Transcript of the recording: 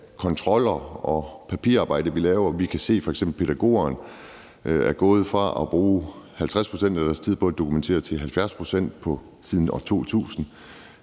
kontroller og papirarbejde, vi laver. Vi kan f.eks. se, at pædagogerne er gået fra at bruge 50 pct. af deres tid på at dokumentere til 70 pct. siden år 2000,